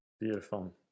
Beautiful